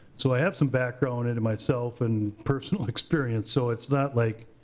so i have some background in it myself, and personal experience, so it's not like.